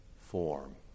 form